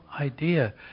idea